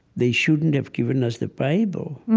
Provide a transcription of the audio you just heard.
they shouldn't have given us the bible.